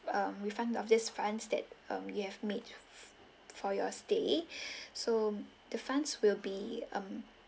um refund of this fund that um you have made for your stay so the funds will be um